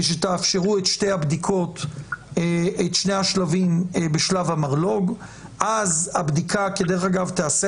ושתאפשרו את שני השלבים בשלב המרלו"ג אז הבדיקה תיעשה